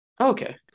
Okay